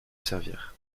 servir